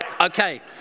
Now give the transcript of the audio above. Okay